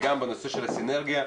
וגם בנושא של הסינרגיה,